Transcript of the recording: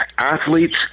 Athletes